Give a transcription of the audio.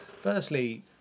Firstly